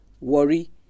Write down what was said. Worry